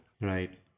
Right